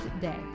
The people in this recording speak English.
day